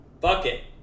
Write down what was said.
Bucket